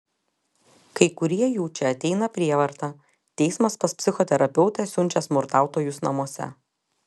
kai kurie jų čia ateina prievarta teismas pas psichoterapeutę siunčia smurtautojus namuose